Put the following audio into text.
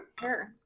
Sure